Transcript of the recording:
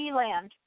land